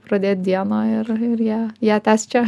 pradėt dieną ir ją ją tęst čia